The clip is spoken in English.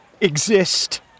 exist